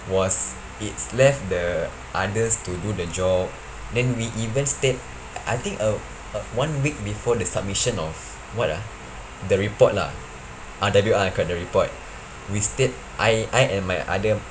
was it left the others to do the job then we even state I think uh uh one week before the submission of what ah the report lah ah W_R correct the report we stayed I I and my other